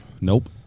Nope